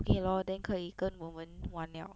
okay lor then 可以跟我们玩 liao